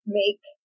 make